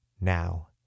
now